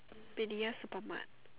P_D_F super mart